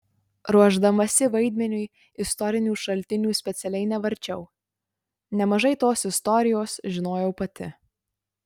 ruošdamasi vaidmeniui istorinių šaltinių specialiai nevarčiau nemažai tos istorijos žinojau pati